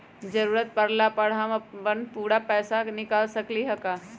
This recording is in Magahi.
जरूरत परला पर हम अपन पूरा पैसा निकाल सकली ह का?